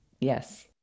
yes